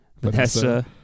Vanessa